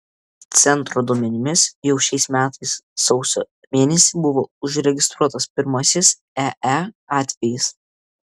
centro duomenimis jau šiais metais sausio mėnesį buvo užregistruotas pirmasis ee atvejis